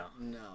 No